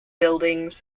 buildings